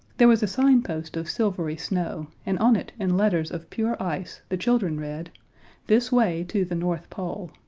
there was a signpost of silvery snow, and on it in letters of pure ice the children read this way to the north pole.